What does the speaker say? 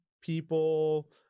people